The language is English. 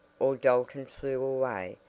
or dalton flew away,